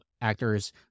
actors